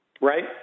Right